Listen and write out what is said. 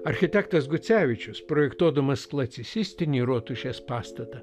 architektas gucevičius projektuodamas klasicistinį rotušės pastatą